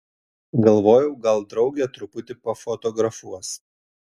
galvojau gal draugė truputį pafotografuos